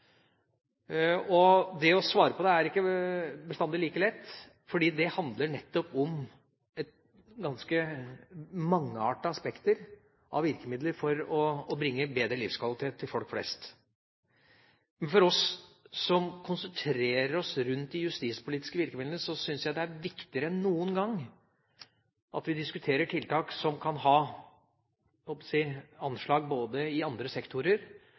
Det å svare på det er ikke bestandig like lett, fordi det handler nettopp om et ganske mangeartet spekter av virkemidler for å bringe en bedre livskvalitet til folk flest. For oss som konsentrerer oss rundt de justispolitiske virkemidlene, syns jeg det er viktigere enn noen gang at vi diskuterer tiltak som kan ha – jeg holdt på å si – anslag i andre sektorer,